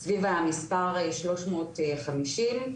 סביב המספר שלוש מאות חמישים.